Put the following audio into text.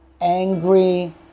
angry